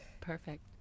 Perfect